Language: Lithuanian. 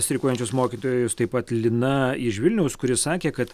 streikuojančius mokytojus taip pat lina iš vilniaus kuris sakė kad